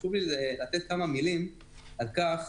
חשוב לי לומר כמה מילים על כך.